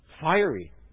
fiery